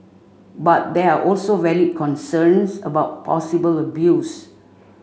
but there are also valid concerns about possible abuse